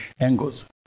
angles